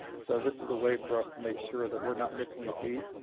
so this is a way for us to make sure that we're not missing a beat,